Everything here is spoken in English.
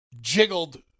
jiggled